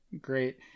great